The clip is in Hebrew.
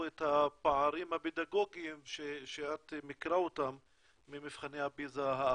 את הפערים הפדגוגיים שאת מכירה אותם ממבחני פיז"ה האחרונים.